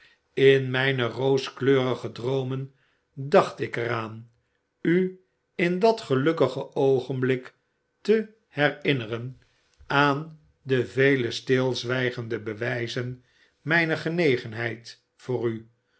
in mijne rooskleurige droomen dacht ik er aan u in dat gelukkige oogenblik te herinneren aan de vele stilzwijgende bewijzen mijner genegenheid voor u